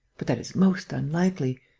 but that is most unlikely!